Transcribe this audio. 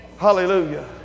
Hallelujah